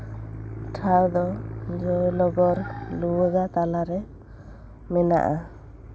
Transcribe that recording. ᱴᱷᱟᱶ ᱫᱚ ᱡᱚᱭ ᱞᱚᱵᱚᱨ ᱞᱩᱣᱟᱹᱜᱟ ᱛᱟᱞᱟ ᱨᱮ ᱢᱮᱱᱟᱜᱼᱟ